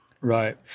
Right